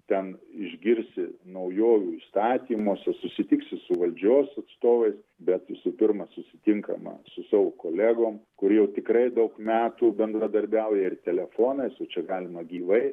ten išgirsi naujovių įstatymuose susitiksi su valdžios atstovais bet visų pirma susitinkama su savo kolegom kur jau tikrai daug metų bendradarbiauja ir telefonais o čia galima gyvai